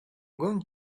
going